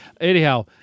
Anyhow